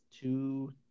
two